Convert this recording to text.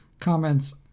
comments